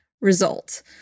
result